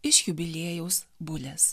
iš jubiliejaus bulės